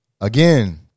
Again